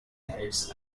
heads